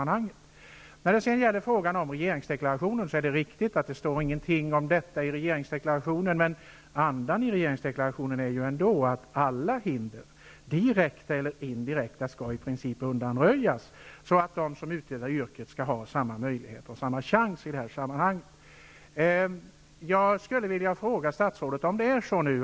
När det sedan gäller regeringsdeklarationen är det riktigt att det inte står någonting om det här i denna, men andan i regeringsdeklarationen innebär ju att alla hinder, direkta eller indirekta, i princip skall undanröjas, så att de som utövar yrket skall ha samma möjligheter och samma chans. Jag skulle vilja fråga statsrådet en sak.